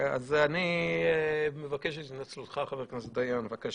זה קורה בשבוע הבא